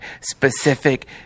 specific